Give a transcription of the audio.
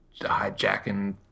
hijacking